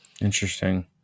Interesting